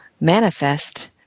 manifest